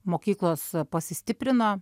mokyklos pasistiprino